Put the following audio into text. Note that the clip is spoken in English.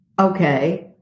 Okay